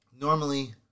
Normally